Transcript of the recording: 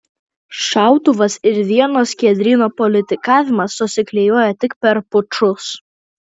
šautuvas ir vieno skiedryno politikavimas susiklijuoja tik per pučus